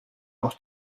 auch